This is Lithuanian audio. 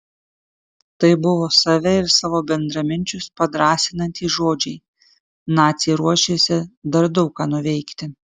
tai buvo save ir savo bendraminčius padrąsinantys žodžiai naciai ruošėsi dar daug ką nuveikti